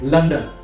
London